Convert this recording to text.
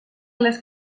les